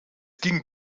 ging